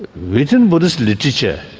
within buddhist literature,